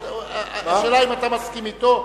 השאלה אם אתה מסכים אתו,